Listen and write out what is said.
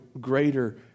greater